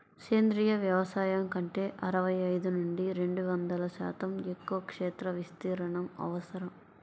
సేంద్రీయ వ్యవసాయం కంటే అరవై ఐదు నుండి రెండు వందల శాతం ఎక్కువ క్షేత్ర విస్తీర్ణం అవసరం